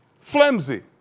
Flimsy